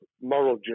moral